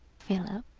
philip,